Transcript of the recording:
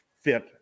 fit